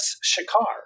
Shikar